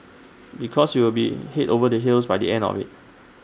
because you will be Head over the heels by the end of IT